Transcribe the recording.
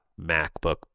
MacBook